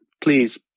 please